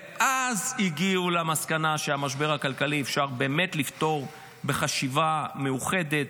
ואז הגיעו למסקנה שאת המשבר הכלכלי אפשר לפתור בחשיבה מאוחדת,